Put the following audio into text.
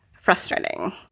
frustrating